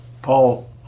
Paul